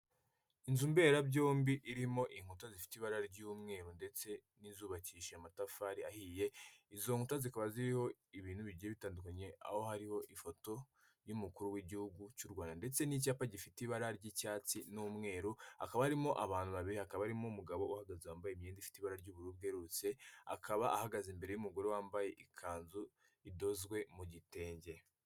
Inzu mberabyombi irimo inkuta zifite ibara ry'umweru ndetse n'izubakishije amatafari ahiye, izo nkuta zikaba ziriho ibintu bigiye bitandukanye, aho hariho ifoto y'umukuru w'igihugu cy'u Rwanda ndetse n'icyapa gifite ibara ry'icyatsi n'umweru, akaba harimo abantu babiri, hakaba harimo umugabo uhagaze wambaye imyenda ifite ibara ry'ubururu bwerurutse ,akaba ahagaze imbere y'umugore wambaye ikanzu idozwe mu gitenge.